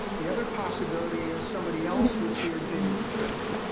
the other possibility is, somebody else was here digging for treasure.